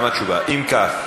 כך,